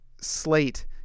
slate